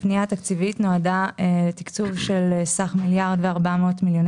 הפנייה התקציבית נועדה לתקצוב של סך מיליארד ו-400 מיליון